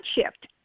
shift